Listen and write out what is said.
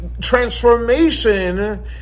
transformation